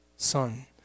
son